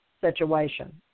situation